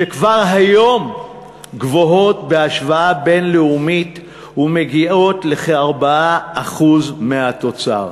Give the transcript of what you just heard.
שכבר היום גבוהות בהשוואה בין-לאומית ומגיעות לכ-4% מהתוצר,